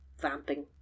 vamping